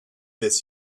this